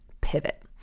pivot